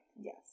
Yes